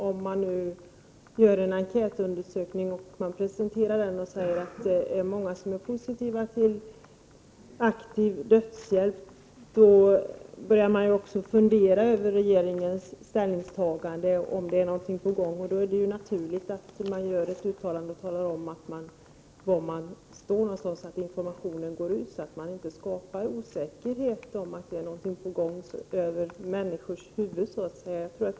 Om man gör en enkätundersökning, presenterar frågor och säger att många är positiva till aktiv dödshjälp, då börjar de tillfrågade också fundera över regeringens ställningstagande, och om det är någonting på gång. Då är det naturligt att regeringen gör ett uttalande, där man klargör var man står och ser till att informationen når ut, så att det inte uppstår osäkerhet om att någonting kanske är på gång så att säga över huvudet på människorna.